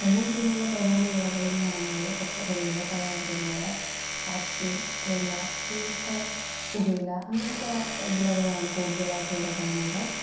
കൊല്ലം ജില്ലയിലെ പ്രധാന വിളകൾ എന്നുപറഞ്ഞാൽ പച്ചക്കറികൾ പഴവർഗ്ഗങ്ങൾ ക്യാഷൂ തേങ്ങ അങ്ങനത്തെ പുകയില അങ്ങനത്തെ വിളകളാണ് കൂടുതലായിട്ടും ഇവിടെ കാണാറ്